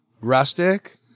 rustic